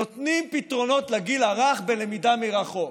נותנים פתרונות לגיל הרך בלמידה מרחוק.